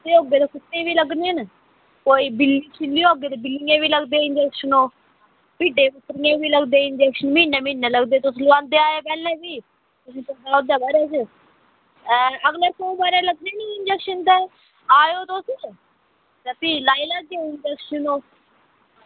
ते भी अग्गें ओह् कुत्ते ई बी लग्गने न कोई बिल्ली होग ते बिल्लियें गी बी लगदे न इंजेक्शन होर भिड्डें ई बी लगदे न इंजेक्शन म्हीनै म्हीनै लोआंदे न इंजेक्शन तुस पैह्लें बी लोओंदे आये न अगले सोमवार लग्गने नी ते तुस आयो ते भी लाई लैयो इंजेक्शन होर